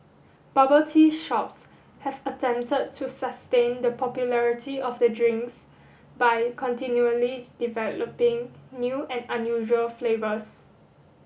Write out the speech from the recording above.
bubble tea shops have attempted to sustain the popularity of the drinks by continually developing new and unusual flavours